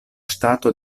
ŝtato